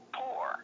poor